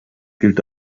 gilt